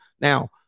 Now